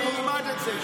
אני אלמד את זה.